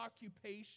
occupation